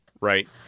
right